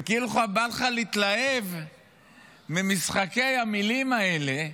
וכאילו בא לך להתלהב ממשחקי המילים האלה,